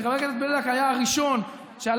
מכיוון שחבר כנסת בליאק היה הראשון שהלך